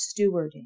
stewarding